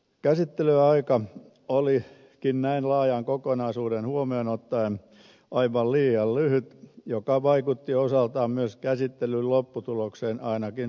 käsittelyaika olikin näin laajan kokonaisuuden huomioon ottaen aivan liian lyhyt mikä vaikutti osaltaan myös käsittelyn lopputulokseen ainakin sosialidemokraattien näkökulmasta